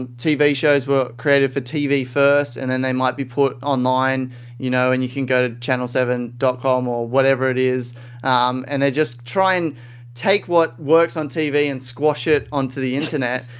tv shows were created for tv first and then they might be put online you know and you can go to channelseven dot com or whatever it is um and they just try and take what works on tv and squash it on to the internet.